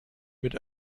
mit